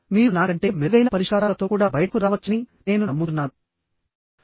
మీరు నాకంటే మెరుగైన పరిష్కారాలతో కూడా బయటకు రావచ్చని నేను నమ్ముతున్నాను